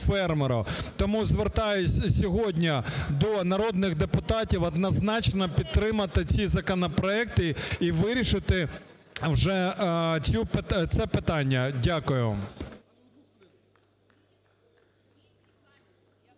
Тому звертаюсь сьогодні до народних депутатів однозначно підтримати ці законопроекти і вирішити вже це питання. Дякую.